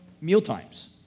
mealtimes